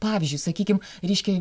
pavyzdžiui sakykim reiškia